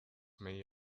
may